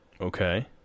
Okay